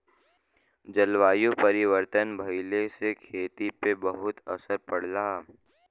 जलवायु परिवर्तन भइले से खेती पे बहुते असर पड़ला